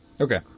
okay